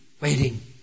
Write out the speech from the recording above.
waiting